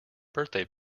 birthday